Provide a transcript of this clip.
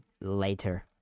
later